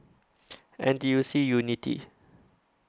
N T U C Unity